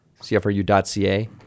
CFRU.ca